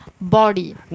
body